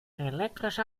elektrische